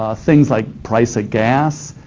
ah things like price of gas,